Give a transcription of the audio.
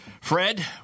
Fred